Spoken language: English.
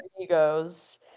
egos